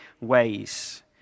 ways